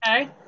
Okay